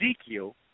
Ezekiel